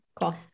Cool